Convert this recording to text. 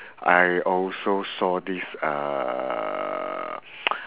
I also saw this uh